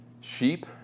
sheep